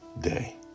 day